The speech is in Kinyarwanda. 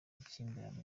makimbirane